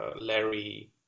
larry